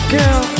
Girl